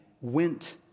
went